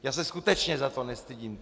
Já se skutečně za to nestydím.